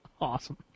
Awesome